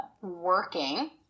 working